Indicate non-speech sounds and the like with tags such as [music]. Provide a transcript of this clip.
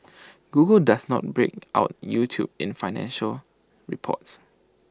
[noise] Google does not break out YouTube in financial reports